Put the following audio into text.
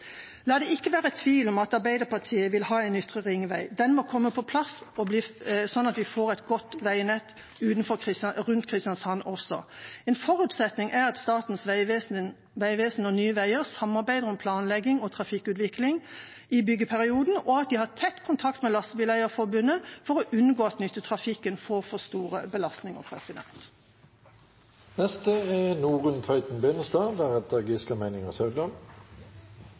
La det ikke være tvil om at Arbeiderpartiet vil ha en ytre ringvei. Den må komme på plass, sånn at vi får et godt veinett rundt Kristiansand også. En forutsetning er at Statens vegvesen og Nye Veier samarbeider om planlegging og trafikkutvikling i byggeperioden, og at de har tett kontakt med Lastebileierforbundet for å unngå at nyttetrafikken får for store belastninger. Gartnerløkka er